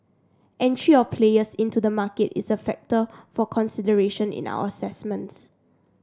entry of players into the market is a factor for consideration in our assessments